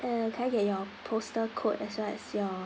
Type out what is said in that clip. uh can I get your postal code as well as your